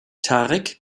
tarek